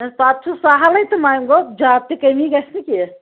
پتہٕ چھُ سَہلٕے تہٕ ونہِ گوٚو زیادٕ تہِ کٔمی گژھِ نہٕ کینہہ